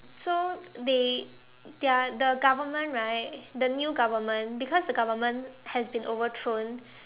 so they their the government right the new government because the government has been overthrown